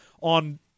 on